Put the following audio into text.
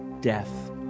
death